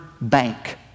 Bank